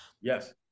Yes